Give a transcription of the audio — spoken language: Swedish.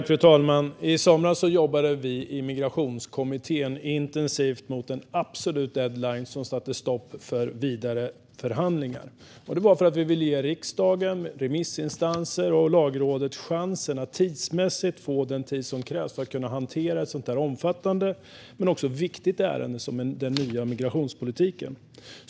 Fru talman! I somras jobbade vi i Migrationskommittén intensivt mot en absolut deadline som satte stopp för vidare förhandlingar. Det var för att vi ville ge riksdagen, remissinstanser och Lagrådet chansen att få den tid som krävs för att kunna hantera ett så omfattande men också viktigt ärende som den nya migrationspolitiken.